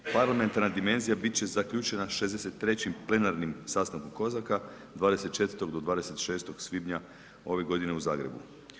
Parlamentarna dimenzija bit će zaključena 63. plenarnim sastankom Kozaka 24. do 26. svibnja ove godine u Zagrebu.